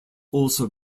also